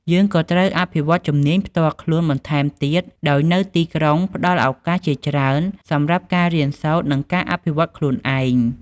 យើងក៏ត្រូវអភិវឌ្ឍជំនាញផ្ទាល់ខ្លួនបន្ថែមទៀត ដោយនៅទីក្រុងផ្តល់ឱកាសជាច្រើនសម្រាប់ការរៀនសូត្រ និងអភិវឌ្ឍខ្លួនឯង។